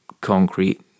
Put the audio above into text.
concrete